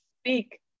speak